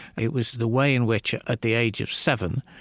it was the way in which, at the age of seven,